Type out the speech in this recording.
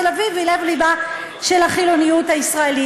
תל-אביב היא לב-לבה של החילוניות הישראלית,